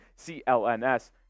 CLNS